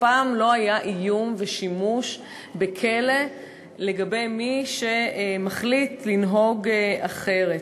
מעולם לא היה איום ושימוש בכלא לגבי מי שמחליט לנהוג אחרת.